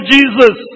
Jesus